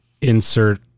insert